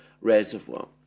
reservoir